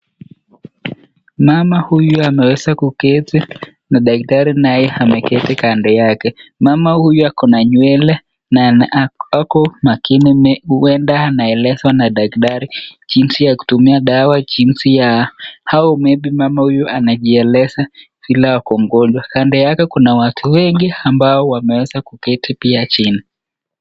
Mama huyu ameweza kuketi na daktari naye ameketi kando yake. Mama huyu ako na nywele na ako makini huenda anaelezwa na daktari jinsi kutumia dawa jinsi ya au maybe mama huyu anajieleza vile ako mgonjwa. Mbele yake kuna watu wengi ambao wameweza kuketi pia chini.